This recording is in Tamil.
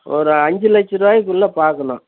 ஒரு அஞ்சு லட்ச ரூபாய்க்குள்ள பார்க்கணும்